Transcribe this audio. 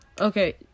Okay